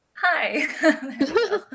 hi